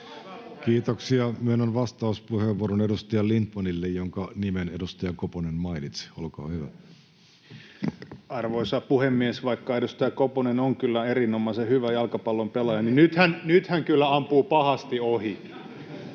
Kiitoksia. — Myönnän vastauspuheenvuoron edustaja Lindtmanille, jonka nimen edustaja Koponen mainitsi. — Olkaa hyvä. Arvoisa puhemies! Vaikka edustaja Koponen on kyllä erinomaisen hyvä jalkapallonpelaaja, niin nyt hän kyllä ampuu pahasti ohi.